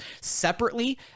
separately